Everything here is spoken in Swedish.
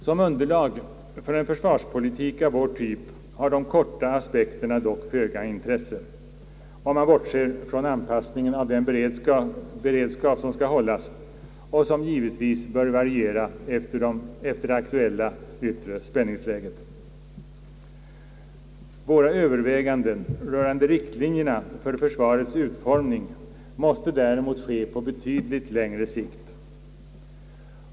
Som underlag för en försvarspolitik av vår typ har de korta aspekterna dock föga intresse, om man bortser från anpassningen av den beredskap som skall hållas och som givetvis bör variera efter det yttre aktuella spänningsläget. Våra överväganden rörande riktlinjerna för försvarets utformning måste däremot ske på betydligt längre sikt.